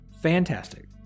fantastic